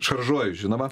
šaržuoju žinoma